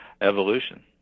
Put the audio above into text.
evolution